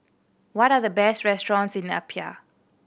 what are the best restaurants in Apia